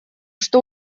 что